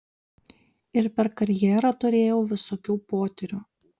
ir per karjerą turėjau visokių potyrių